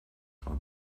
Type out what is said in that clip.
for